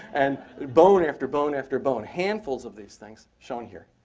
and bone after bone after bone, handfuls of these things shown here.